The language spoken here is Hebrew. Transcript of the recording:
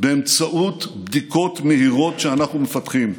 באמצעות בדיקות מהירות שאנחנו מפתחים.